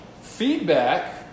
feedback